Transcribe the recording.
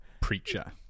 preacher